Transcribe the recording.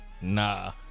Nah